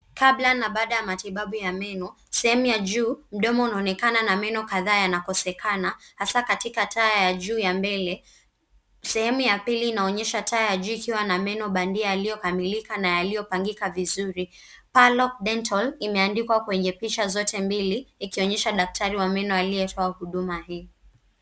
Kabla na baada matibabu ya meno, sehemu ya juu mdomo unaonekana na meno kadhaa yanakosekana hasa katika taa ya juu ya mbele. Sehemu ya pili inaonyesha taa ya ikiwa na meno bandia aliyokamilika na yaliyopangika vizuri. Parlock Dental imeandikwa kwenye picha zote mbili ikionyesha daktari wa meno aliyetoa huduma hii.